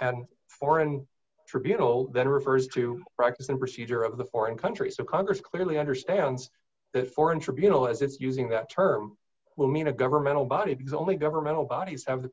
and foreign tribunal that refers to practice and procedure of the foreign country so congress clearly understands that foreign tribunal as it's using that term will mean a governmental body because only governmental bodies have the